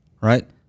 right